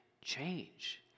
change